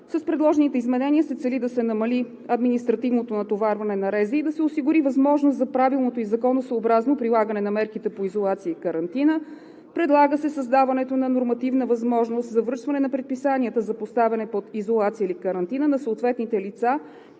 С предложените изменения се цели да се намали административното натоварване на РЗИ и да се осигури възможност за правилното и законосъобразното прилагане на мерките по изолация и карантина, предлага се създаването на нормативна възможност за връчване на предписанията за поставяне под изолация или карантина на съответните лица